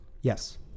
Yes